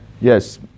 Yes